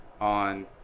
on